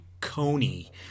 Coney